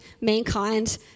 mankind